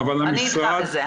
אני איתך בזה.